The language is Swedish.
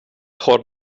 har